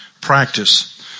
practice